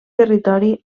territori